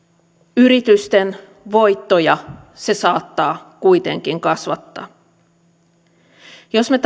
yritysten voittoja se saattaa kuitenkin kasvattaa jos me